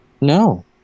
No